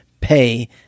pay